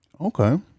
Okay